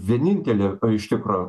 vienintelė iš tikro